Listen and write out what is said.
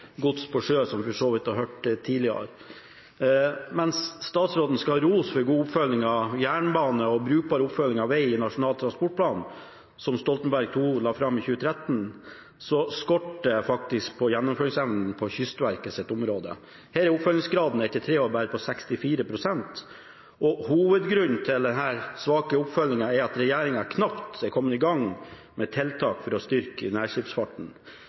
gods på sjø, som vi for så vidt har hørt tidligere. Mens statsråden skal ha ros for god oppfølging av jernbane og brukbar oppfølging av veg i Nasjonal transportplan, som Stoltenberg II-regjeringa la fram i 2013, skorter det på gjennomføringsevnen når det kommer til Kystverkets område. Her er oppfølgingsgraden etter tre år bare på 64 pst. Hovedgrunnen til denne svake oppfølginga er at regjeringa knapt er kommet i gang med tiltak for å styrke nærskipsfarten.